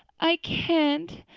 i can't.